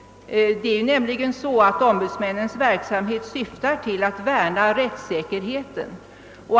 Ombudsmännens verksamhet syftar ju till att värna rättssäkerheten.